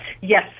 Yes